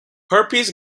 herpes